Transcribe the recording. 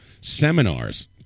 seminars